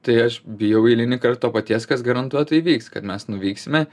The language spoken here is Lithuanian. tai aš bijau eilinį kart to paties kas garantuotai įvyks kad mes nuvyksime